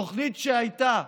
תוכנית שהייתה,